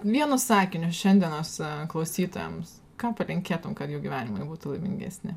vienu sakiniu šiandienos klausytojams ką palinkėtum kad jų gyvenimai būtų laimingesni